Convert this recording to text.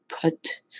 put